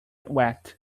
wet